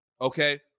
Okay